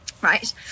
Right